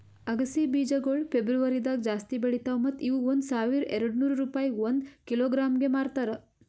ಅಗಸಿ ಬೀಜಗೊಳ್ ಫೆಬ್ರುವರಿದಾಗ್ ಜಾಸ್ತಿ ಬೆಳಿತಾವ್ ಮತ್ತ ಇವು ಒಂದ್ ಸಾವಿರ ಎರಡನೂರು ರೂಪಾಯಿಗ್ ಒಂದ್ ಕಿಲೋಗ್ರಾಂಗೆ ಮಾರ್ತಾರ